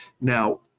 now